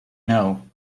know